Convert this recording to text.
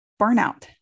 burnout